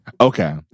Okay